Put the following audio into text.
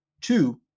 two